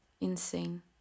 insane